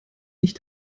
nicht